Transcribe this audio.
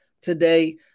today